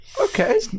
Okay